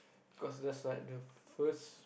cause there's like the first